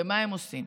ומה הם עושים?